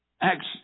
Acts